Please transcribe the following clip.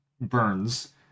burns